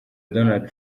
donald